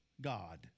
God